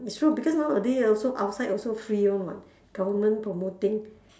it's true because nowadays also outside also free [one] [what] government promoting